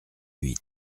huit